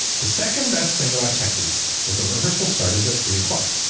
the second best thing about tech week was the rehearsal started at three o'clock,